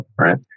right